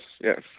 yes